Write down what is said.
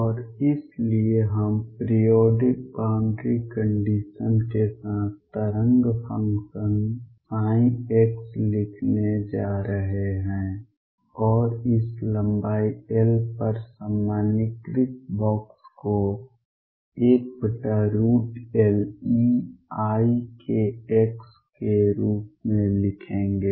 और इसलिए हम पीरिऑडिक बाउंड्री कंडीशंस के साथ तरंग फंक्शन ψ लिखने जा रहे हैं और इस लंबाई L पर सामान्यीकृत बॉक्स को 1Leikx के रूप में लिखेंगे